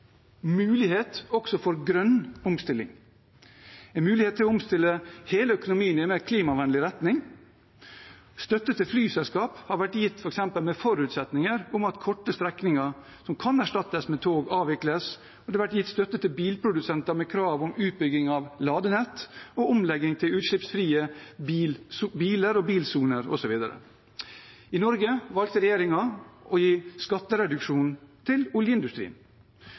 mulighet for grønn omstilling, en mulighet til å omstille hele økonomien i en mer klimavennlig retning. Støtte til flyselskaper har f.eks. vært gitt under forutsetninger om at korte strekninger som kan erstattes med tog, avvikles, og det har vært gitt støtte til bilprodusenter med krav om utbygging av ladenett og omlegging til utslippsfrie biler og bilsoner, osv. I Norge valgte regjeringen å gi skattereduksjon til oljeindustrien,